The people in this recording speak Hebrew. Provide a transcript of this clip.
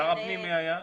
שר הפנים מי היה?